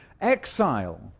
exile